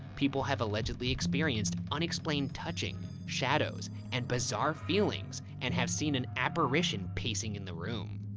people have allegedly experienced unexplained touching, shadows, and bizarre feelings, and have seen an apparition pacing in the room.